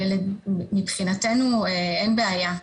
מבחינתנו אין בעיה.